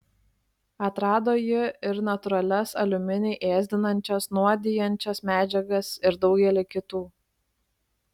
atrado ji ir natūralias aliuminį ėsdinančias nuodijančias medžiagas ir daugelį kitų